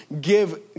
give